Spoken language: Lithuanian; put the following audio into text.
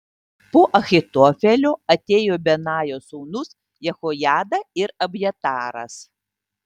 po ahitofelio atėjo benajo sūnus jehojada ir abjataras